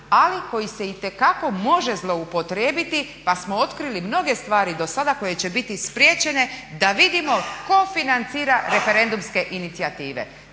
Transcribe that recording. ali koji se itekako može zlouporabiti pa smo otkrili mnoge stvari dosada koje će biti spriječene da vidimo tko financira referendumske inicijative.